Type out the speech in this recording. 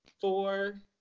four